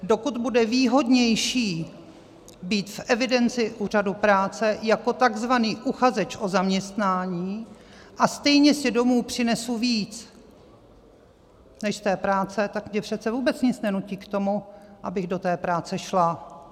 Dokud bude výhodnější být v evidenci úřadu práce jako takzvaný uchazeč o zaměstnání a stejně si domů přinesu víc než z té práce, tak mě přece vůbec nic nenutí k tomu, abych do té práce šla.